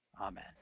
Amen